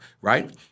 right